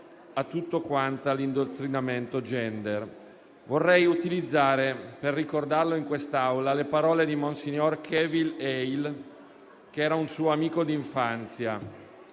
a tutto quanto è l'indottrinamento *gender*. Vorrei utilizzare, per ricordarlo in quest'Aula, le parole di monsignor Kevin Hale, che era un suo amico di infanzia.